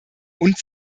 und